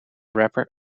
rapper